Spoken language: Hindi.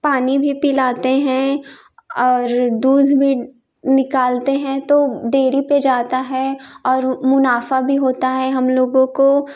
पानी भी पिलाते हैं और दूध भी निकालते हैं तो डेयरी पे जाता है और मुनाफा भी होता है हम लोगों को